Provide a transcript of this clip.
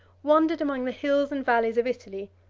wandered among the hills and valleys of italy,